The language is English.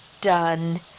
done